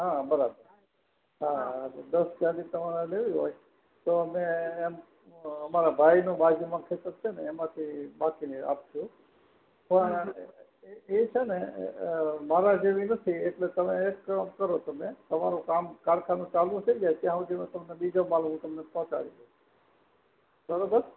હા બરાબર હા તો દસ ગાડી તમાર લેવી હોય તો અમે એમ અમારા ભાઈનું બાજુમાં ખેતર છે ને એમાંથી બાકીની આપીશું પણ એ છે ને મારા જેવી નથી એટલે તમે એક કામ કરો તમે તમારું કામ કારખાનું ચાલું થઈ જાય ત્યાં સુધીમાં બીજો માલ હું તમને પહોંચાડી દઈશ બરાબર